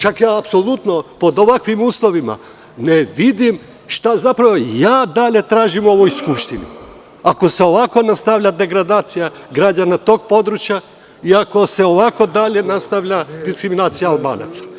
Čak apsolutno pod ovakvim uslovima ne vidim šta i ja dalje tražim u ovoj Skupštini ako se ovako nastavlja degradacija građana tog područja i ako se dalje nastavlja diskriminacija Albanaca.